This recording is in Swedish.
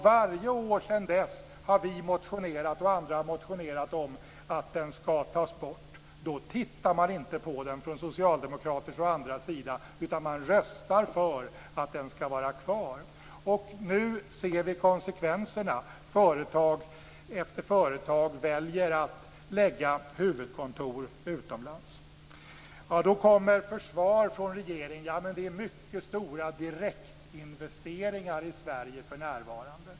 Varje år sedan dess har vi och andra motionerat om att den skall tas bort. Då tittar man inte på den från socialdemokraters och andras sida, utan man röstar för att den skall vara kvar. Nu ser vi konsekvenserna. Företag efter företag väljer att lägga huvudkontor utomlands. Då kommer försvar från regeringen: Ja, men det är mycket stora direktinvesteringar i Sverige för närvarande.